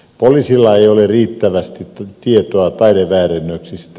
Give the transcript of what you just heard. poliisilla ei ole riittävästi tietoa taideväärennöksistä